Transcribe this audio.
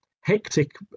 hectic